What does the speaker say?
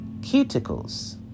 cuticles